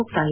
ಮುಕ್ತಾಯ